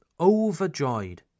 overjoyed